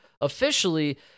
officially